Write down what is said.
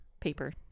Paper